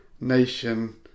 nation